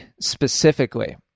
specifically